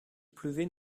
pleuvait